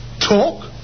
Talk